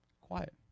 quiet